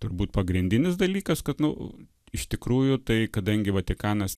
turbūt pagrindinis dalykas kad nu iš tikrųjų tai kadangi vatikanas